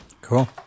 Cool